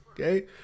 okay